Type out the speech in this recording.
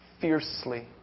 fiercely